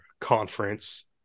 conference